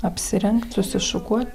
apsirengt susišukuot